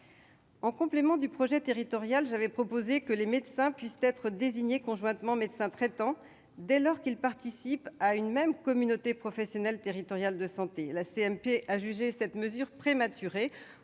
En complément du projet territorial, j'avais proposé que les médecins puissent être désignés conjointement médecins traitants dès lors qu'ils participent à une même communauté professionnelle territoriale de santé. La commission mixte paritaire a jugé cette mesure prématurée.